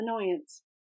annoyance